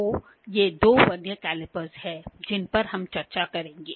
तो ये दो वर्नियर कैलिपर्स हैं जिन पर हम चर्चा करेंगे